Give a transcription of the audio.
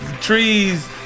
trees